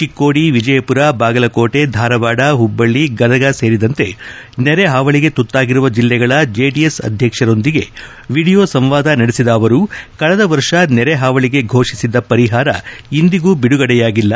ಚಿಕ್ಕೋಡಿ ವಿಜಯಪುರ ಬಾಗಲಕೋಟೆ ಧಾರವಾಡ ಹುಬ್ಬಳ್ಳಿ ಗದಗ ಸೇರಿದಂತೆ ನೆರೆ ಹಾವಳಿಗೆ ತುತ್ತಾಗಿರುವ ಜಿಲ್ಲೆಗಳ ಜೆಡಿಎಸ್ ಅಧ್ಯಕ್ಷರೊಂದಿಗೆ ವಿಡಿಯೋ ಸಂವಾದ ನಡೆಸಿದ ಅವರು ಕಳೆದ ವರ್ಷ ನೆರೆ ಹಾವಳಿಗೆ ಫೋಷಿಸಿದ್ದ ಪರಿಹಾರ ಇಂದಿಗೂ ಬಿಡುಗಡೆಯಾಗಿಲ್ಲ